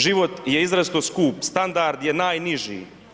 Život je izrazito skup, standard je najniži.